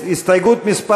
הסתייגות מס'